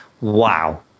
wow